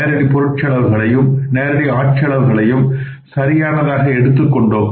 நேரடி பொருட்செலவுகளையும் நேரடி ஆட் செலவுகளையும் சரியானதாக எடுத்துக்கொண்டோம்